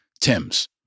Tim's